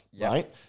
right